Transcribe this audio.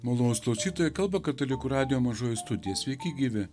malonūs klausytojai kalba katalikų radijo mažoji studija sveiki gyvi